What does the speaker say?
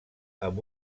amb